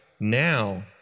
now